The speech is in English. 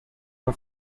for